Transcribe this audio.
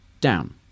down